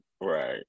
Right